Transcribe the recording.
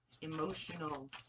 emotional